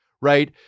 Right